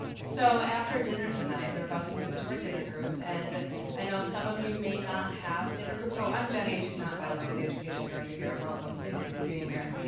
so after dinner tonight, we're about to move into our dinner groups and i know some of you may not have dinner groups, oh, i'm jenny toutant, by the way, i'm the education director here and welcome, thank you for being here.